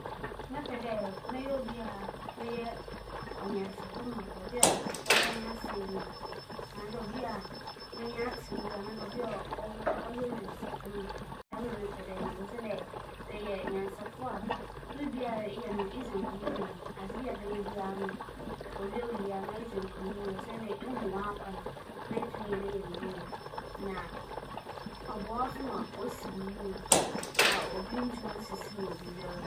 Mebɛpɛ dɛ mebɛyɛ obi a m'adwen mu da hͻ papaapa kyɛn dɛ mebɛyɛ obi a nkorͻfo nyim me. Siantsir nye dɛ sɛ w'adwen mu da hͻ a, ͻboa w'abrabͻ na dɛ nkorͻfo pii nyim wo no dze, ͻdze ͻhaw pii na ͻdze berɛ wo. Nkorͻfo pii hwehewɛ hͻn a wonyim hͻn, hͻn asɛm mu etsie na ber biara wͻrohwehwɛ dɛ wobenya wo ho asɛm aka mbom ehyɛ wo beebi na w'adwen mu da hͻ a, nna erobͻ wo bra ara nye no.